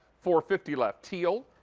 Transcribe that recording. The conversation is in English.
for fifty left. teal,